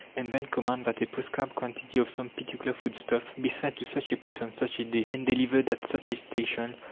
and then command that a prescribed quantity of some particular foodstuff be sent to such a place on such a day, and delivered at such a station,